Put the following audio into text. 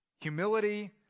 Humility